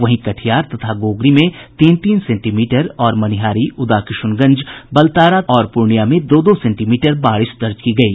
वहीं कटिहार तथा गोगरी में तीन तीन सेंटीमीटर और मनिहारी उदाकिश्रनगंज बलतारा और पूर्णियां में दो दो सेंटीमीटर बारिश दर्ज की गयी